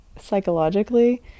psychologically